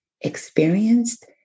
experienced